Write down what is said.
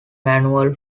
manual